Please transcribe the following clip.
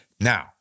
now